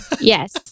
Yes